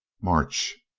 march!